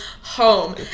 home